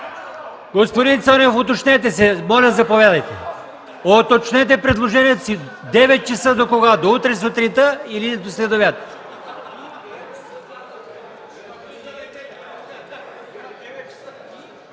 Господин Цонев, уточнете се. Моля, заповядайте. Уточнете предложението си – 9,00 ч.! Докога? До утре сутринта или до след обяд?